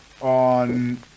on